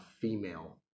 female